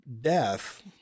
death